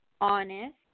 honest